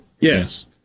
Yes